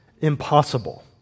impossible